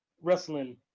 wrestling